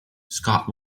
scott